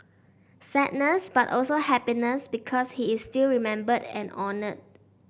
sadness but also happiness because he is still remembered and honoured